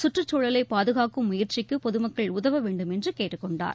சுற்றுச்சூழலைப் பாதுகாக்கும் முயற்சிக்கு பொதுமக்கள் உதவ வேண்டும் என்று கேட்டுக் கொண்டார்